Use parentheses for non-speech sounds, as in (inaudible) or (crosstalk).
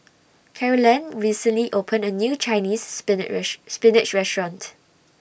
Carolann recently opened A New Chinese (unintelligible) Spinach Restaurant